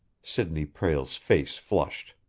sidney prale's face flushed.